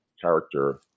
character